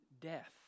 death